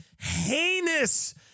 heinous